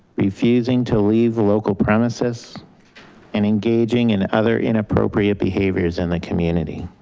refusing to leave local premises and engaging in other inappropriate behaviors in the community.